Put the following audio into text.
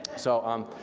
so um,